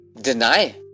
deny